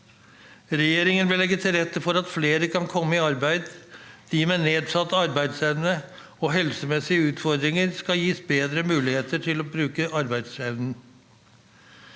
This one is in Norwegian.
Regjeringen vil legge til rette for at flere kan komme i arbeid. De med nedsatt arbeidsevne og helsemessige utfordringer skal gis bedre muligheter til å bruke arbeidsevnen.